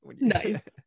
nice